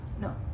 no